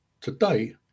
Today